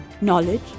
knowledge